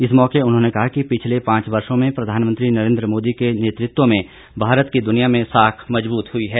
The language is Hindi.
इस मौके उन्होंने कहा कि पिछले पांच वर्षो में प्रधानमंत्री नरेन्द्र मोदी के नेतृत्व में भारत की दुनिया में साख मज़बूत हुई है